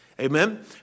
Amen